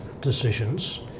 decisions